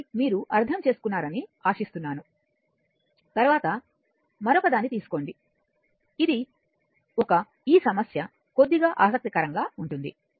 కాబట్టి మీరు అర్థం చేసుకున్నారని ఆశిస్తున్నాను తరువాత మరొకదాన్ని తీసుకోండి ఇది ఒక ఈ సమస్య కొద్దిగా ఆసక్తికరంగా ఉంటుంది